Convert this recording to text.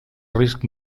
risc